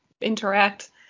interact